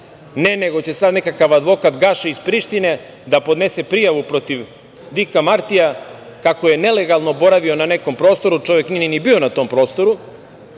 nego će sada nekakav advokat Gašić, iz Prištine da podnese prijavu protiv Dika Martija, kako je nelegalno boravio na nekom prostoru, čovek nije ni bio na tom prostoru,